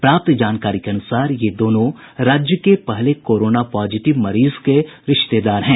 प्राप्त जानकारी के अनुसार ये दोनों राज्य के पहले कोरोना पॉजिटिव मरीज के रिश्तेदार हैं